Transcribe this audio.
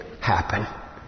happen